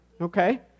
okay